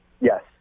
Yes